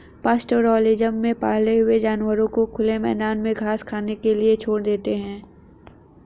pastoralism में पाले हुए जानवरों को खुले मैदान में घास खाने के लिए छोड़ देते है